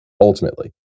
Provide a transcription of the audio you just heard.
ultimately